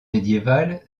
médiévale